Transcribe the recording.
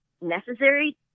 necessary